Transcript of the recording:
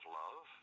love